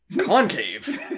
concave